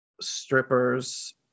strippers